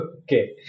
Okay